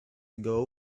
ago